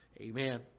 Amen